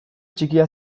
txikia